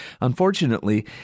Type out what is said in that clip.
Unfortunately